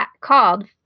called